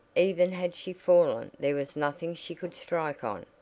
even had she fallen there was nothing she could strike on,